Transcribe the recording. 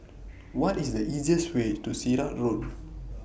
What IS The easiest Way to Sirat Road